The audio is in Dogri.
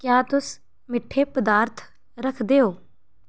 क्या तुस मिट्ठे पदार्थ रखदे ओ